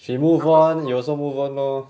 she move on then he also move on lor